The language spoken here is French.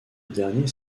dernier